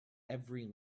every